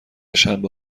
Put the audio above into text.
شنبه